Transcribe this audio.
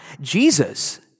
Jesus